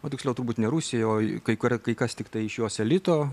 o tiksliau turbūt ne rusijoje o kai kai kas tiktai iš jos elito